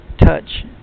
touch